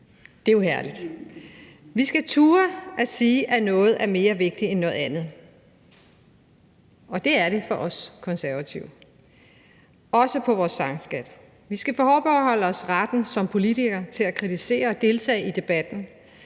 Det er jo herligt. Vi skal turde sige, at noget er mere vigtigt end andet, og det er det for os Konservative, også med hensyn til vores sangskat. Vi skal som politikere forbeholde os retten til at kritisere og deltage i debatten,